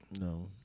No